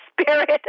Spirit